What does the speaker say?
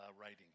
writing